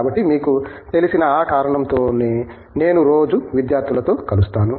కాబట్టి మీకు తెలిసిన ఆ కారణంతోనే నేను రోజూ విద్యార్థులతో కలుస్తాను